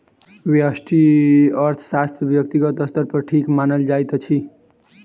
व्यष्टि अर्थशास्त्र व्यक्तिगत स्तर पर ठीक मानल जाइत अछि